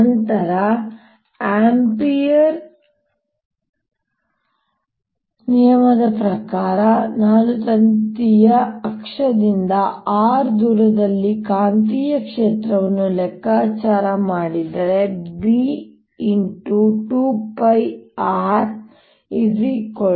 ನಂತರ ಆಂಪಿಯರ್ ನಿಯಮದ ಪ್ರಕಾರ ನಾನು ತಂತಿಯ ಅಕ್ಷದಿಂದ r ದೂರದಲ್ಲಿ ಕಾಂತೀಯ ಕ್ಷೇತ್ರವನ್ನು ಲೆಕ್ಕಾಚಾರ ಮಾಡಿದರೆ B